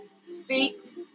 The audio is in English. Speaks